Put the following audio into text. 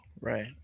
Right